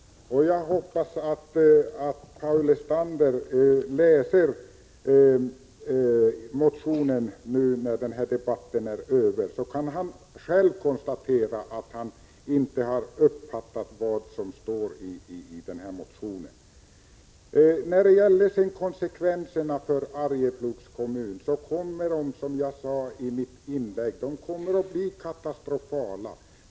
Jag hoppas att Paul Lestander läser motionen efter den här debatten. Då kan han själv konstatera att han inte har uppfattat vad som står i motionen. Konsekvenserna för Arjeplogs kommun kommer, som jag sade i mitt inlägg, att bli katastrofala.